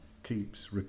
keeps